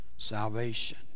Salvation